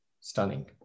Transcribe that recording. stunning